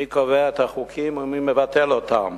מי קובע את החוקים ומי מבטל אותם,